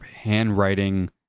handwriting